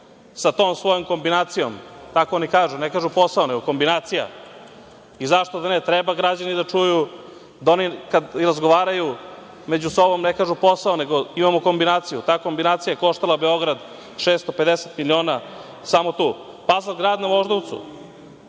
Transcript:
sa tom svojom kombinacijom, tako oni kažu, ne kažu posao, nego kombinacija. I zašto da ne? Treba građani da čuju da oni kad razgovaraju među sobom, ne kažu – posao, nego – imamo kombinaciju. Ta kombinacija je koštala Beograd 650 miliona samo tu.„Pazl grad“ na Voždovcu